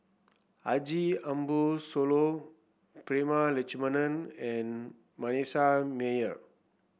Haji Ambo Sooloh Prema Letchumanan and Manasseh Meyer